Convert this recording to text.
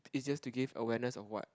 is just to give awareness of what